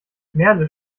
merle